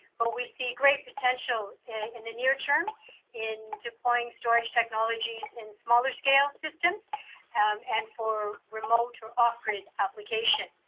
but we see great potential in the near term in deploying storage technologies in small-scale system and for remote or upgrade application.